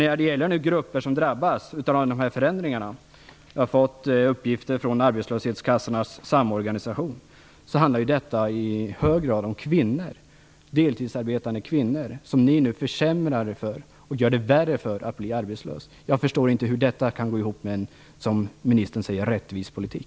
När det gäller grupper som nu drabbas av alla dessa försämringar har jag fått uppgifter från Arbetslöshetskassornas samorganisation om att det i hög grad handlar om deltidsarbetande kvinnor. Ni gör det värre för dem att bli arbetslösa. Jag förstår inte hur detta kan gå ihop med en, som ministern säger, rättvis politik.